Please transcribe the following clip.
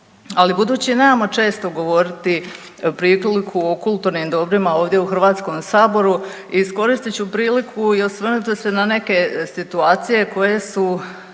Ali budući nemamo često govoriti priliku o kulturnim dobrima ovdje u Hrvatskom saboru iskoristit ću priliku i osvrnuti se na neke situacije koje su